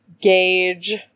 gauge